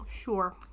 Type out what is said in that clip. Sure